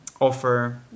offer